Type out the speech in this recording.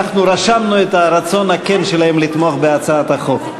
אנחנו רשמנו את הרצון הכן שלהם לתמוך בהצעת החוק.